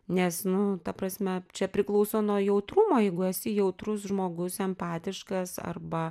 nes nu ta prasme čia priklauso nuo jautrumo jeigu esi jautrus žmogus empatiškas arba